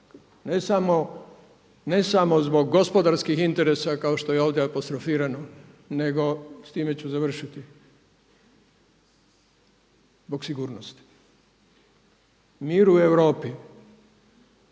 Ne samo zbog gospodarskih interesa kao što je ovdje apostrofirano nego, s time ću završiti, zbog sigurnosti. Mir u Europi,